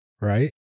Right